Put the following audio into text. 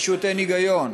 פשוט אין היגיון.